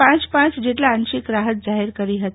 પ પ જેટલ આંશિક રાહત જાહેર કરી હતી